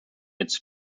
its